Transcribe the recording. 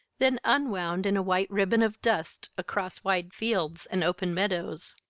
then unwound in a white ribbon of dust across wide fields and open meadows.